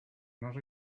not